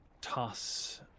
toss